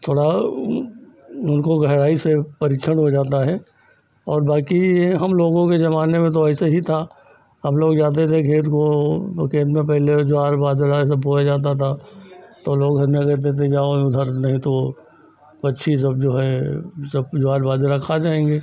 थोड़ी उनको गहराई से परीक्षण हो जाता है और बाकी यह हमलोगों के जमाने में तो ऐसे ही था हमलोग जाते थे खेत को और उसके अन्दर पहले ज्वार बाजरा यह सब बोया जाता था तो लोग घर में कहते थे जाओ उधर नहीं तो पक्षी सब जो है सब ज्वार बाजरा खा जाएँगे